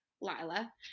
Lila